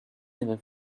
never